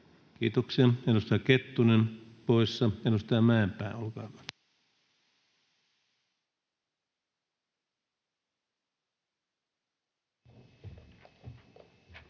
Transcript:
Kiitoksia. — Edustaja Kettunen poissa. — Edustaja Mäenpää, olkaa hyvä.